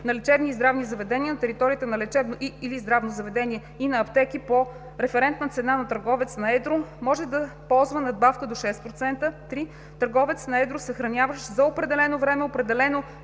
на лечебни и здравни заведения на територията на лечебното и/или здравно заведение, и на аптеки по „Референтна цена на търговец на едро“, може да ползва надбавка до 6%; 3. търговец на едро, съхраняващ за определено време определено